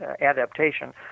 adaptation